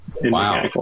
Wow